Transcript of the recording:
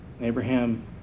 Abraham